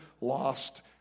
lost